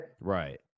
Right